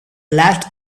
last